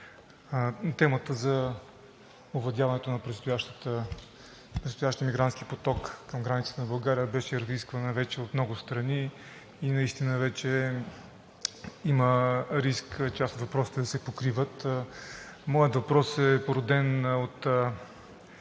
Темата за овладяването на предстоящия мигрантски поток към границата на България беше разисквана вече от много страни. Наистина вече има риск част от въпросите да се покриват. Моят въпрос е породен от